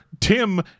Tim